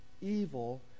evil